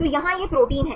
तो यहाँ यह प्रोटीन है